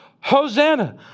Hosanna